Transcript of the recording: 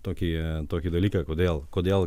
tokį tokį dalyką kodėl kodėl